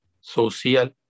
social